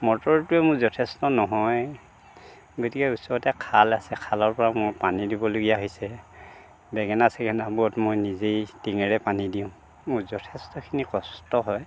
মটৰটোৱে মোৰ যথেষ্ট নহয় গতিকে ওচৰতে খাল আছে খালৰ পৰা মই পানী দিবলগীয়া হৈছে বেঙেনা চেঙেনাবোৰত মই নিজেই টিঙেৰে পানী দিওঁ মোৰ যথেষ্টখিনি কষ্ট হয়